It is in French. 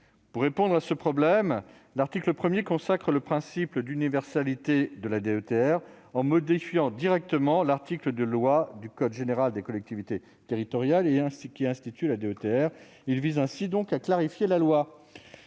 Pour répondre à ce problème, l'article 1 consacre le principe d'universalité de la DETR en modifiant directement l'article du code général des collectivités territoriales qui institue la DETR. Il vise ainsi à clarifier la loi.